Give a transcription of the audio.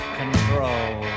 control